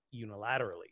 unilaterally